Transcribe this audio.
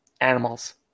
animals